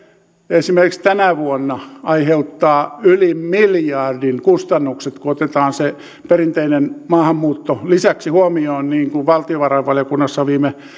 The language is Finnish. esimerkiksi tänä vuonna aiheuttaa yli miljardin kustannukset kun otetaan se perinteinen maahanmuutto lisäksi huomioon niin kuin valtiovarainvaliokunnassa viime